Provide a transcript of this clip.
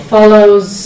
Follows